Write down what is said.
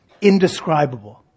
indescribable